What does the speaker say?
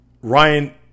Ryan